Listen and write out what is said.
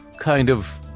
kind of,